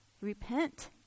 Repent